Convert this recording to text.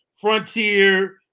frontier